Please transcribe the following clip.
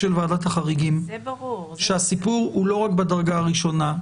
החריגים שהסיפור הוא לא רק בדרגה הראשונה.